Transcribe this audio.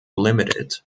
limited